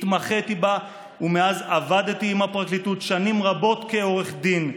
התמחיתי בה ומאז עבדתי עם הפרקליטות שנים רבות כעורך דין.